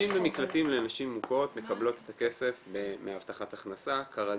במקלטים לנשים מוכות מקבלות את הכסף מהבטחת הכנסה כרגיל.